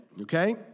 okay